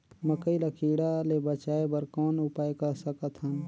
मकई ल कीड़ा ले बचाय बर कौन उपाय कर सकत हन?